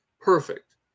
perfect